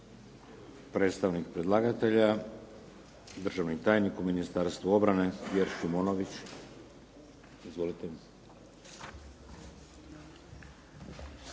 Predstavnik predlagatelja, državni tajnik u Ministarstvu obrane, Pjer Šimunović. Izvolite.